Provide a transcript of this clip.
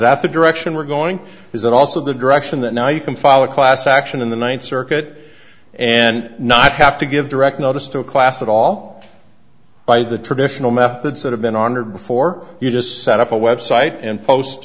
that the direction we're going is that also the direction that now you can file a class action in the ninth circuit and not have to give direct notice to a class at all by the traditional methods that have been honored before you just set up a website and post